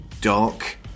dark